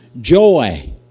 joy